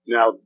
Now